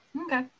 okay